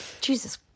Jesus